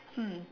hmm